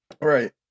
Right